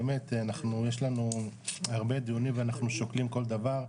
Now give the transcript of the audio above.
באמת אנחנו יש לנו הרבה דיונים ואנחנו שוקלים כל דבר,